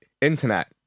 internet